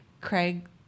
Craig